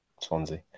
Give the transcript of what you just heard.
Swansea